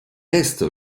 reste